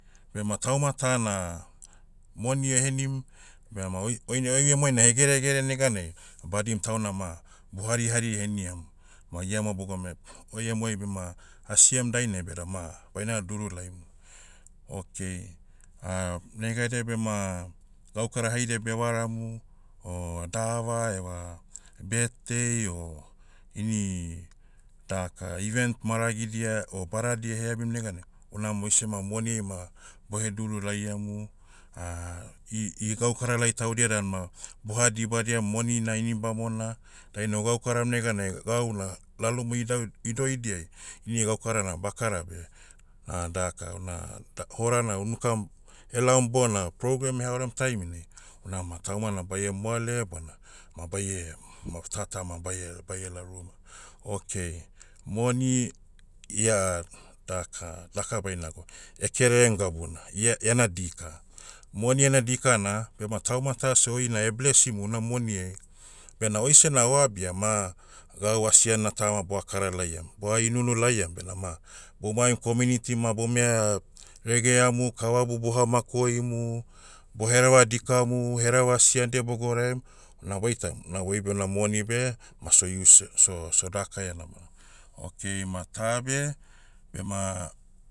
Bema tauma tana, moni ehenim, bema oi- oina- oi emuai na hegeregere neganai, badim tauna ma, bohari hari heniam. Ma iama bogam e- oi emuai bema, asiem dainai bedama, baina duru laimu. Okay, negaida bema, gaukara haidia bevaramu, o dava eva, birthday o, ini, daka event maragidia o badadia eheabim neganai, unam oise ma moniai ma, boheduru laiamu, i- igaukaralai taudia dan ma, boha dibadiam moni na ini bamona, dainai o gaukaram neganai, gauna lalomu idau- idoidiai, ini gaukara na bakara beh, daka una, ta- horana unukam, elaom bona program eha orem taiminai, unama tauma na baie moale bona, ma baie, ma tata ma baie- baiela ruma. Okay, moni, ia, daka- daka baina gwa, kererem gabuna. Ia- iena dika. Moni ena dika na, bema tauma tase oina blesimu una moni ai, bena oisena oabia ma, gau asian na ta ma boa kara laiam. Boa inunu laiam benama, bomaim community ma bomeha, regeamu. Kavabu boha makoimu, bohereva dikamu, hereva asiandia bogouraim. Unabe oitam, unabe oibe una moni beh, ma so ius, so- so dakaia namona. Okay ma ta beh, bema,